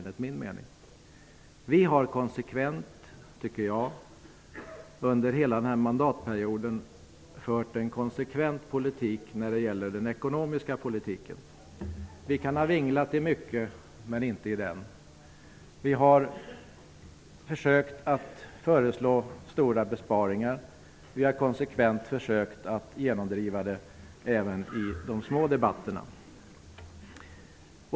Jag tycker att vi under hela den här mandatperioden har följt en konsekvent linje inom den ekonomiska politiken. Vi kan ha vinglat i mycket, men inte i denna. Vi har föreslagit stora besparingar, och vi har konsekvent försökt att genomdriva vår ekonomiska politik även i de små debatterna.